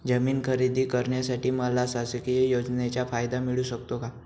जमीन खरेदी करण्यासाठी मला शासकीय योजनेचा फायदा मिळू शकतो का?